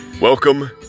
Welcome